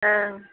ओं